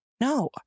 No